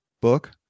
book